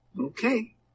Okay